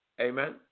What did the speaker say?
Amen